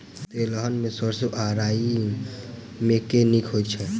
तेलहन मे सैरसो आ राई मे केँ नीक होइ छै?